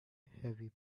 heavy